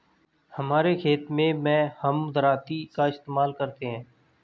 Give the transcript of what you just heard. हमारे खेत मैं हम दरांती का इस्तेमाल करते हैं